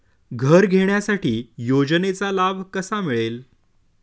घर घेण्यासाठी योजनेचा लाभ कसा मिळेल?